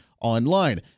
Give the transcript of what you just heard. online